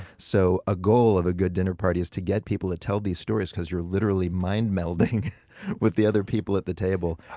so, a goal of a good dinner party is to get people to tell stories because you're literally mind melding with the other people at the table